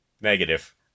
Negative